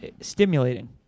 stimulating